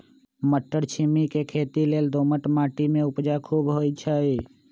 मट्टरछिमि के खेती लेल दोमट माटी में उपजा खुब होइ छइ